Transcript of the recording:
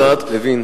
חבר הכנסת לוין.